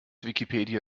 wikipedia